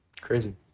Crazy